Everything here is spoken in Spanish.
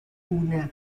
una